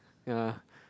ya